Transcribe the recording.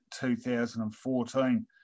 2014